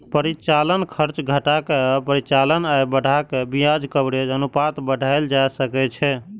परिचालन खर्च घटा के आ परिचालन आय बढ़ा कें ब्याज कवरेज अनुपात बढ़ाएल जा सकै छै